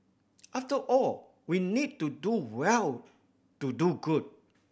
after all we need to do well to do good